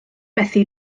methu